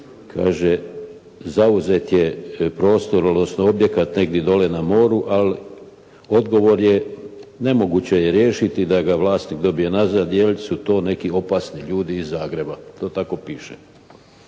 Kaže zauzet je prostor, odnosno objekat negdje dolje na moru, ali odgovor je nemoguće je riješiti da ga vlasnik dobije nazad jer su to neki ozbiljni ljudi iz Zagreba. To tako piše.